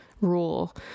rule